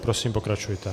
Prosím, pokračujte.